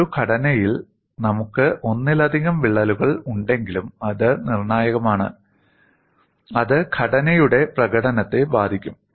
ഒരു ഘടനയിൽ നമുക്ക് ഒന്നിലധികം വിള്ളലുകൾ ഉണ്ടെങ്കിലും അത് നിർണ്ണായകമാണ് അത് ഘടനയുടെ പ്രകടനത്തെ ബാധിക്കും